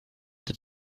that